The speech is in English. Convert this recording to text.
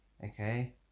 okay